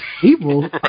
people